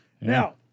Now